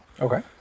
Okay